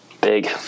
Big